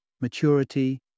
maturity